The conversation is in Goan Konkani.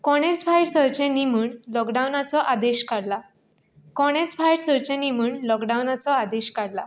कोणेच भायर सरचें न्ही म्हण लाॅकडावनाचो आदेश काडला कोणेच भायर सरचें न्ही म्हण लाॅकडावनाचो आदेश काडला